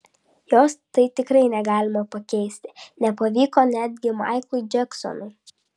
jos tai tikrai negalima pakeisti nepavyko netgi maiklui džeksonui